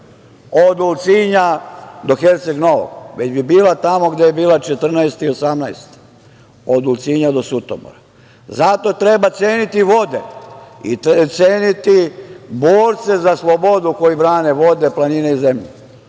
od Ulcinja do Herceg Novog, već bi bila tamo gde je bila 1914. i 1918. godine, od Ulcinja do Sutomora. Zato treba ceniti vode i ceniti borce za slobodu koji brane vode, planine i zemlju.